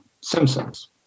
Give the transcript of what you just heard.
Simpsons